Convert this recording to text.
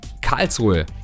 Karlsruhe